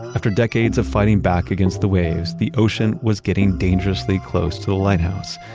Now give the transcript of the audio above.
after decades of fighting back against the waves, the ocean was getting dangerously close to the lighthouse,